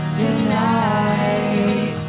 tonight